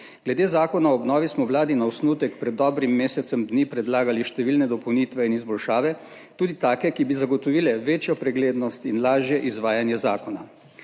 Glede zakona o obnovi smo vladi na osnutek pred dobrim mesecem dni predlagali številne dopolnitve in izboljšave, tudi take, ki bi zagotovile večjo preglednost in lažje izvajanje zakona.